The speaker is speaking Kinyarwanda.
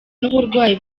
n’uburwayi